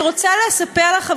אני רוצה לספר לך,